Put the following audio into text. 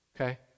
Okay